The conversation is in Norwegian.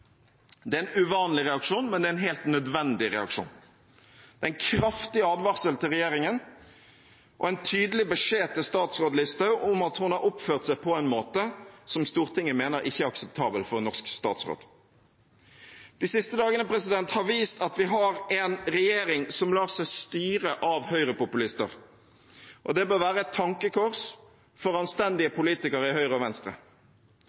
Det er en uvanlig reaksjon, men det er en helt nødvendig reaksjon – en kraftig advarsel til regjeringen og en tydelig beskjed til statsråd Listhaug om at hun har oppført seg på en måte som Stortinget mener ikke er akseptabel for en norsk statsråd. De siste dagene har vist at vi har en regjering som lar seg styre av høyrepopulister, og det bør være et tankekors for anstendige politikere i Høyre og Venstre.